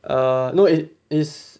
uh no it is